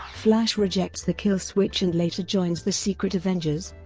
flash rejects the kill switch and later joins the secret avengers,